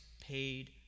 paid